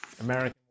American